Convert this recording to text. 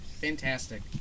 Fantastic